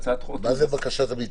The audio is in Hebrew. מה זה בקשת הביטול?